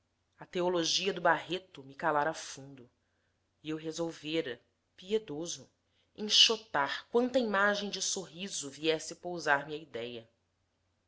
a teologia do barreto me calara fundo e eu resolvera piedoso enxotar quanta imagem de sorriso viesse pousar me à